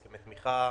הסכמי תמיכה,